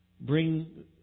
bring